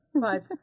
five